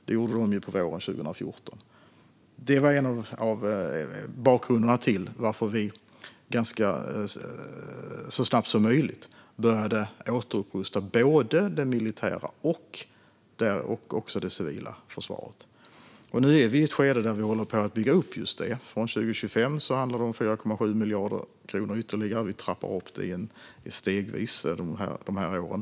Det gjorde ju Ryssland på våren 2014. Det var en del av bakgrunden till att vi så snabbt som möjligt började återupprusta både det militära och det civila försvaret. Nu är vi i ett skede där vi håller på att bygga upp det. Från 2025 handlar det om 4,7 miljarder kronor ytterligare. Vi trappar upp det stegvis.